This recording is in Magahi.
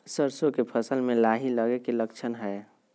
सरसों के फसल में लाही लगे कि लक्षण हय?